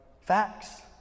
Facts